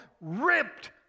ripped